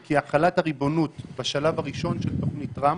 כי החלת הריבונות בשלב הראשון של תוכנית טראמפ